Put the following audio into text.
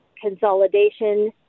consolidation